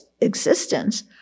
existence